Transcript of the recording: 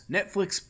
Netflix